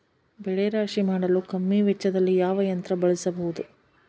ಬೆಳೆ ರಾಶಿ ಮಾಡಲು ಕಮ್ಮಿ ವೆಚ್ಚದಲ್ಲಿ ಯಾವ ಯಂತ್ರ ಬಳಸಬಹುದು?